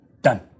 Done